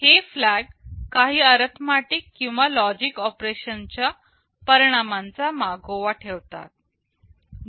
हे फ्लॅग काही अरिथमेटिक किंवा लॉजिक ऑपरेशन्स च्या परिणामांचा मागोवा ठेवतात